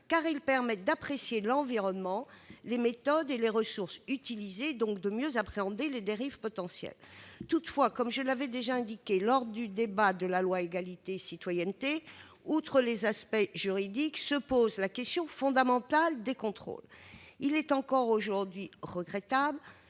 à l'inspecteur d'apprécier l'environnement, ainsi que les méthodes et les ressources utilisées et donc de mieux appréhender les dérives potentielles. Comme je l'avais déjà indiqué lors du débat sur la loi Égalité et citoyenneté, outre les aspects juridiques, se pose la question fondamentale des contrôles. Il est encore aujourd'hui regrettable